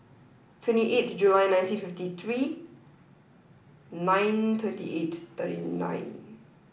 twenty eighth July nineteen fifty three nine twenty eight thirty nine